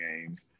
games